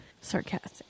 Sarcastic